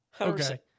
Okay